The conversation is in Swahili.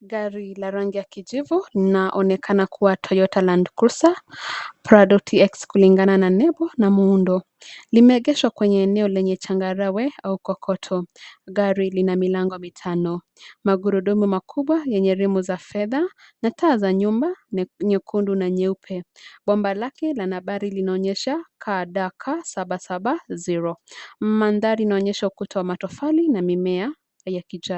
Gari la rangi ya kijivu linaonekana kuwa Toyota Landcuiser Prado TX kulingana na nembo na muundo. Limeegeshwa kwenye eneo lenye changarawe au kokoto. Gari lina milango mitano, magurudumu makubwa yenye rimu za fedha na taa za nyuma, nyekundu na nyeupe. Bomba lake la nambari linaonyesha KDK 7770. Mandhari inaonyesha kutiwa matofali na mimea ya kijani.